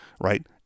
right